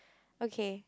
okay